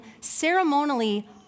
ceremonially